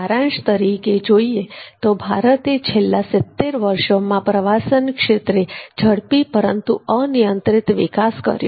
સારાંશ તરીકે જોઈએ તો ભારતે છેલ્લા સિત્તેર વર્ષોમાં આ પ્રવાસન ક્ષેત્રે ઝડપી પરંતુ અનિયંત્રિત વિકાસ કર્યો છે